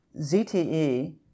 ZTE